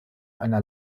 einer